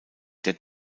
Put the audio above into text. der